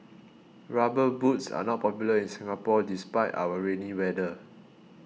rubber boots are not popular in Singapore despite our rainy weather